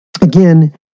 again